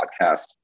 podcast